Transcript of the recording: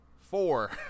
Four